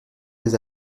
des